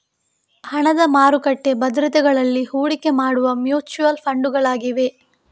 ಹಣದ ಮಾರುಕಟ್ಟೆ ಭದ್ರತೆಗಳಲ್ಲಿ ಹೂಡಿಕೆ ಮಾಡುವ ಮ್ಯೂಚುಯಲ್ ಫಂಡುಗಳಾಗಿವೆ